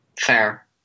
Fair